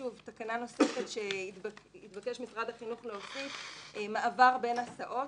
תקנה נוספת שהתבקש משרד החינוך להוסיף היא מעבר בין הסעות.